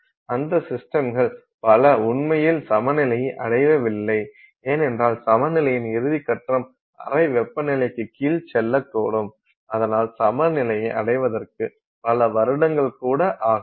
அந்த சிஸ்டம்கள் பல உண்மையில் சமநிலையை அடையவில்லை ஏனென்றால் சமநிலையின் இறுதி கட்டம் அறை வெப்பநிலைக்கு கீழ் செல்லக்கூடும் அதனால் சமநிலையை அடைவதற்கு பல வருடங்கள் கூட ஆகலாம்